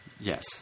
Yes